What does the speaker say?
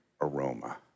aroma